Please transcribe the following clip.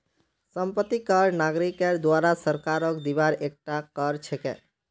संपत्ति कर नागरिकेर द्वारे सरकारक दिबार एकता कर छिके